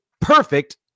perfect